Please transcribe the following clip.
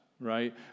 right